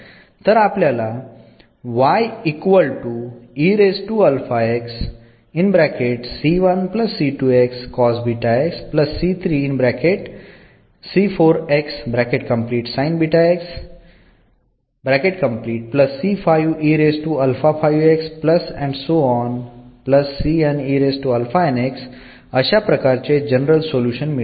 तर आपल्याला अशा प्रकारचे जनरल सोल्युशन मिळेल